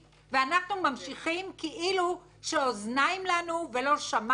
ואחנו ממשיכים כאילו שאוזניים לנו ולא שמענון,